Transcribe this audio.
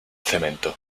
cemento